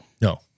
No